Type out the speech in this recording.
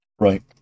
Right